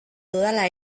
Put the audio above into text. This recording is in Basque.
dudala